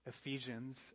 Ephesians